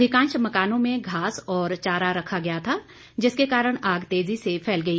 अधिकांश मकानों में घास और चारा रखा गया था जिसके कारण आग तेजी से फैल गई